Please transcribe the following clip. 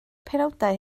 penawdau